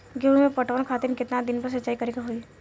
गेहूं में पटवन खातिर केतना दिन पर सिंचाई करें के होई?